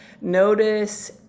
notice